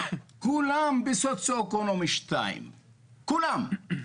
כולם בסוציו אקונומי 2. כולם.